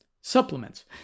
supplements